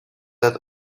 that